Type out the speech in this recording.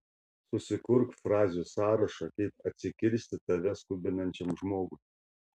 susikurk frazių sąrašą kaip atsikirsti tave skubinančiam žmogui